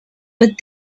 but